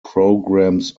programs